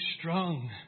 strong